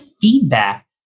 feedback